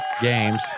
games